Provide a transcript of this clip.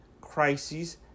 crises